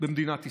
במדינת ישראל.